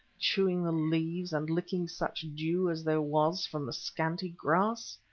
chewing the leaves, and licking such dew as there was from the scanty grass!